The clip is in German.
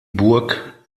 burg